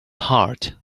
heart